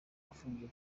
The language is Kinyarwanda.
afungiye